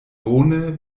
bone